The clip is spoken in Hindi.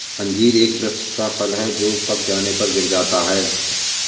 अंजीर एक वृक्ष का फल है जो पक जाने पर गिर जाता है